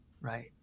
right